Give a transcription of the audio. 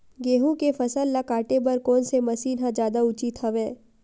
गेहूं के फसल ल काटे बर कोन से मशीन ह जादा उचित हवय?